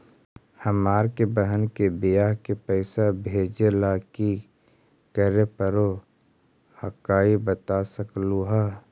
हमार के बह्र के बियाह के पैसा भेजे ला की करे परो हकाई बता सकलुहा?